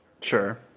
Sure